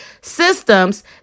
systems